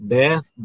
death